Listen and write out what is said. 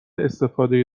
استفاده